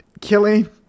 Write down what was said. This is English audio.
killing